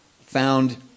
found